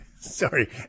Sorry